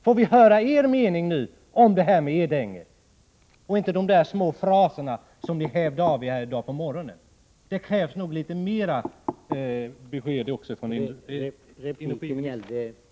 Får vi höra er mening om Edänge, och inte bara fraser som dem ni hävde ur er i dag på morgonen? Det krävs mera av besked också från energiministern.